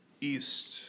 east